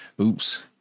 Oops